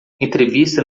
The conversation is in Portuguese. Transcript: entrevista